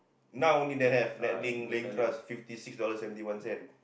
now only then have that net link fifty six dollars seventy one cent